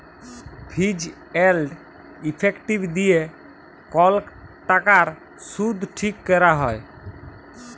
ফিজ এল্ড ইফেক্টিভ দিঁয়ে কল টাকার সুদ ঠিক ক্যরা হ্যয়